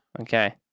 Okay